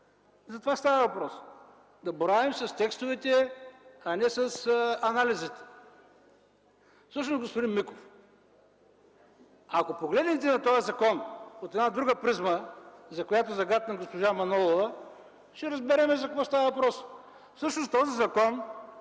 Затова става въпрос – да боравим с текстовете, а не с анализите. Всъщност, господин Миков, ако погледнете на този закон от една друга призма, за която загатна госпожа Манолова, ще разберем за какво става въпрос. Всъщност този закон